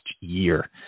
year